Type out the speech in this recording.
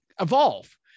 evolve